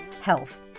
Health